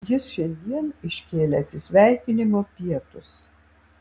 jis šiandien iškėlė atsisveikinimo pietus